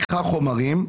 לקחה חומרים,